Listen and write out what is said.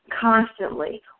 constantly